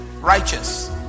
righteous